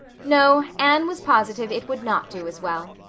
no, anne was positive it would not do as well.